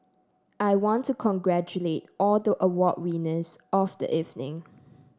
I want to congratulate all the award winners of the evening